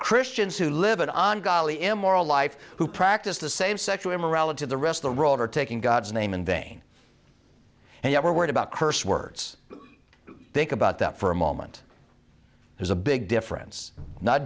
christians who live on golly immoral life who practice the same sexual immorality the rest of the world are taking god's name in vain and yet we're worried about curse words think about that for a moment there's a big difference not